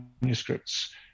manuscripts